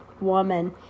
woman